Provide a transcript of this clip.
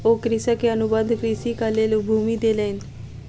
ओ कृषक के अनुबंध कृषिक लेल भूमि देलैन